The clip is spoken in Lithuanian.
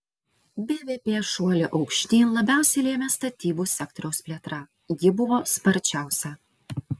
bvp šuolį aukštyn labiausiai lėmė statybų sektoriaus plėtra ji buvo sparčiausia